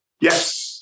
Yes